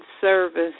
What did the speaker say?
service